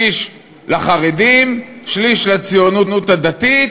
שליש לחרדים, שליש לציונות הדתית,